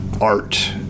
art